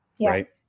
right